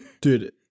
Dude